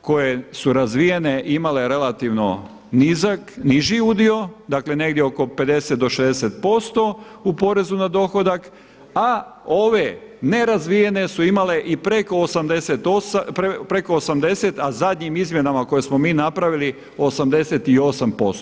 koje su razvijene imale relativno niži udio dakle negdje oko 50 do 60% u porezu na dohodak a ove nerazvijene su imale i preko 80 a zadnjim izmjenama koje smo mi napravili 88%